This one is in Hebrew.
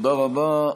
תודה רבה.